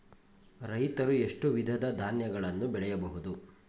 ರೈತರು ಎಷ್ಟು ವಿಧದ ಧಾನ್ಯಗಳನ್ನು ಬೆಳೆಯಬಹುದು?